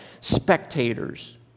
spectators